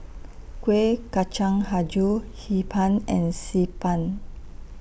Kuih Kacang Hijau Hee Pan and Xi Ban